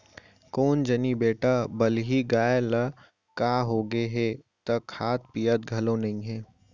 कोन जनी बेटा बलही गाय ल का होगे हे त खात पियत घलौ नइये